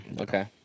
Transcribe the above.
okay